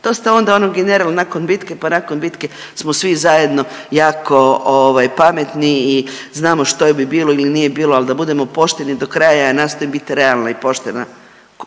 to ste onda ono general nakon bitke, pa nakon bitke smo svi zajedno jako ovaj pametni i znamo što bi bilo ili nije bilo, al da budemo pošteni do kraja, ja nastojim bit realna i poštena